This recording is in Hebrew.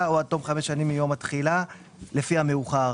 או עד תום חמש שנים מיום התחילה לפי המאוחר.